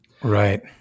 Right